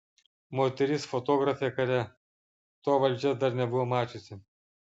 moteris fotografė kare to valdžia dar nebuvo mačiusi